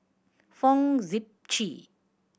Fong Sip Chee